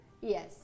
Yes